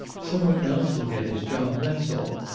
some one else will get his job. that's all.